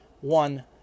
One